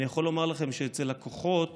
אני יכול להגיד לכם שאצל הכוחות